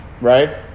Right